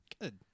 Good